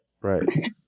Right